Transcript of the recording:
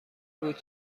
بود